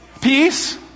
Peace